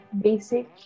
basic